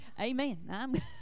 Amen